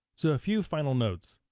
so a few final notes.